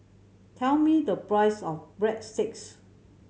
tell me the price of Breadsticks